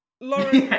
Lauren